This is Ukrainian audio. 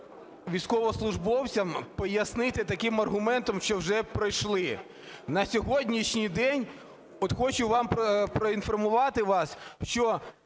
військовослужбовцям пояснити таким аргументом, що вже пройшли. На сьогоднішній день от хочу поінформувати вас, що